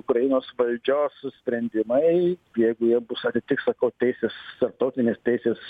ukrainos valdžios sprendimai priekyje bus atitiks sakau teisės tarptautinės teisės